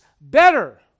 better